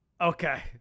okay